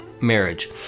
marriage